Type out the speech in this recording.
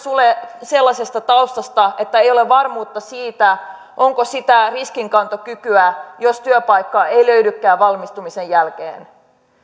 tulee sellaisesta taustasta että ei ole varmuutta siitä onko sitä riskinkantokykyä jos työpaikkaa ei löydykään valmistumisen jälkeen